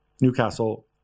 Newcastle